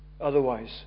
Otherwise